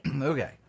Okay